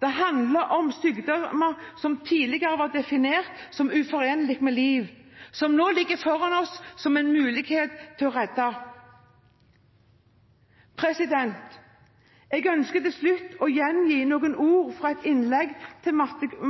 det handler også om sykdommer som tidligere var definert som uforenlige med liv, men som det nå er en mulighet for å redde. Jeg ønsker til slutt å gjengi noen ord fra et innlegg av